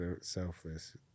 selfless